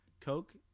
coke